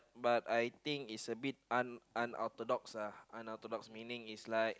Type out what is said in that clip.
but I think it's a bit un un unorthodox ah unorthodox meaning it's like